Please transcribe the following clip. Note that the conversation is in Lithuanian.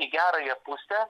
į gerąją pusę